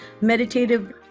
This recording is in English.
meditative